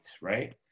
right